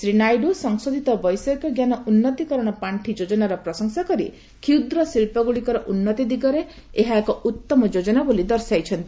ଶ୍ରୀ ନାଇଡ଼ ସଂଶୋଧିତ ବୈଷୟିକଜ୍ଞାନ ଉନ୍ତୀକରଣ ପାଣ୍ଡି ଯୋଜନାର ପ୍ରଶଂସା କରି କ୍ଷୁଦ୍ର ଶିଳ୍ପଗ୍ରଡ଼ିକର ଉନୁତି ଦିଗରେ ଏହା ଏକ ଉତ୍ତମ ଯୋଜନା ବୋଲି ଦର୍ଶାଇଛନ୍ତି